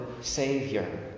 Savior